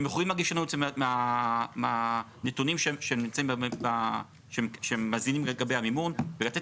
הם יכולים להגיש חלק מהנתונים שהם מזינים לגבי המימון ולתת